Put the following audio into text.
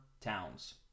towns